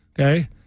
Okay